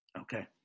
Okay